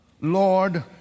Lord